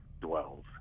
dwells